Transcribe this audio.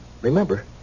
Remember